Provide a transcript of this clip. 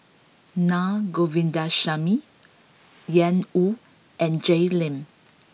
Naa Govindasamy Ian Woo and Jay Lim